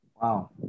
Wow